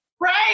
Right